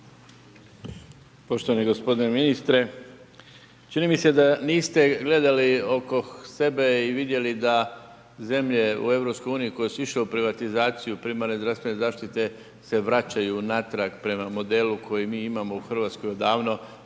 Poštovani gospodine ministre, čini mi se da niste gledali oko sebe i vidjeli da zemlje u Europskoj uniji koje su išle u privatizaciju primarne zdravstvene zaštite se vraćaju natrag prema modelu koji mi imamo u Hrvatskoj odavno,